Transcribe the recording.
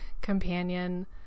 companion